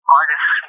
artist